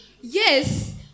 Yes